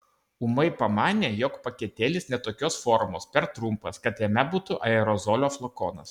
ūmai pamanė jog paketėlis ne tokios formos per trumpas kad jame būtų aerozolio flakonas